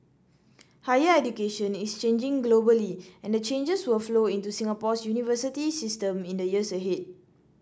higher education is changing globally and the changes will flow into Singapore's university system in the years ahead